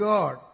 God